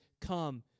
come